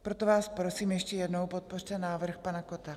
Proto vás prosím ještě jednou, podpořte návrh pana Kotta.